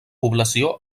població